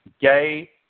gay